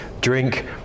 drink